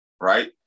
right